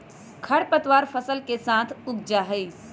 खर पतवार फसल के साथ उग जा हई